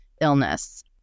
illness